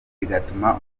bigatuma